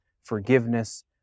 forgiveness